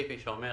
שאומר